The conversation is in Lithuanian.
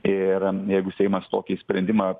ir jeigu seimas tokį sprendimą